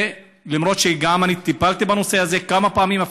ולמרות שגם אני טיפלתי בנושא הזה כמה פעמים,